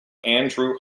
andrew